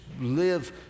live